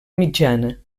mitjana